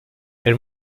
elle